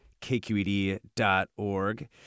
kqed.org